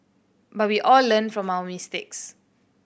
but we all learn from our mistakes